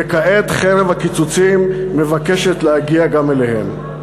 וכעת חרב הקיצוצים מבקשת להגיע גם אליהם.